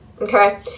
okay